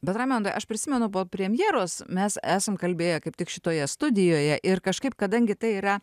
bet raimundai aš prisimenu po premjeros mes esam kalbėję kaip tik šitoje studijoje ir kažkaip kadangi tai yra